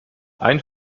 ein